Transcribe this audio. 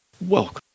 welcome